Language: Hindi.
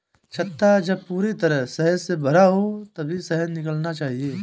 छत्ता जब पूरी तरह शहद से भरा हो तभी शहद निकालना चाहिए